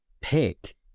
pick